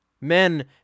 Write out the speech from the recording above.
Men